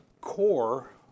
core